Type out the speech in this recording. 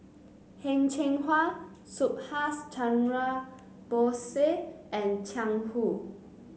Heng Cheng Hwa Subhas Chandra Bose and Jiang Hu